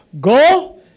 Go